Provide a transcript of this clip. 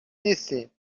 نیستیم